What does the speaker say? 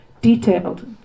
detailed